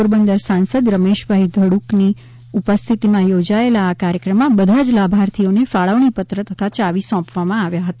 પોરબંદર સાંસદ રમેશભાઈ ધડકની ઉપસ્થિતિમાં યોજાયેલા આ કાર્યક્રમમાં બધા જ લાભાર્થીઓને ફાળવણી પત્ર તથા યાવી સોંપવામાં આવ્યા હતા